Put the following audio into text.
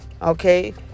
Okay